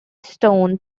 stone